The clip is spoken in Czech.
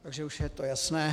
Takže už je to jasné.